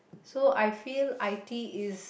so I feel I_T is